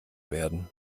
werden